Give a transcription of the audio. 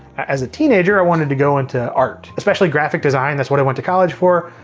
as a teenager, i wanted to go into art, especially graphic design. that's what i went to college for,